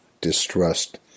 distrust